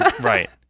Right